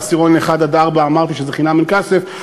בעשירונים 1 4 אמרתי שזה חינם אין כסף,